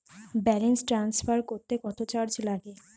Balance transfer করতে কত charge লাগে?